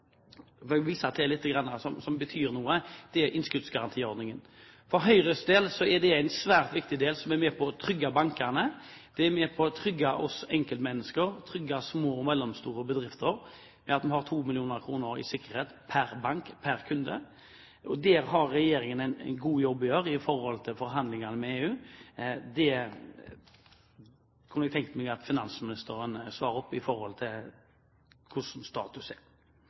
er med på å trygge bankene, den er med på å trygge oss enkeltmennesker og trygge små og mellomstore bedrifter. Den har 2 mill. kr i sikkerhet per bank per kunde. Der har regjeringen en god jobb å gjøre i forhandlingene med EU. Jeg kunne tenkt meg at finansministeren svarte på hvordan statusen er der. Det er